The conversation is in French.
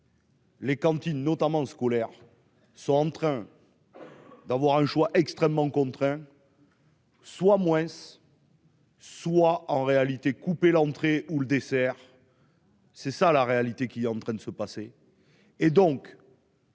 Les cantines, notamment scolaires sont en train d'avoir un choix extrêmement contraint. Soit moins. Soit en réalité couper l'entrée ou le dessert. C'est ça la réalité qui est en train de se passer